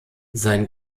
sein